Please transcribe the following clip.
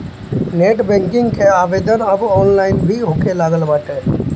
net banking कअ आवेदन अब ऑनलाइन भी होखे लागल बाटे